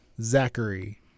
Zachary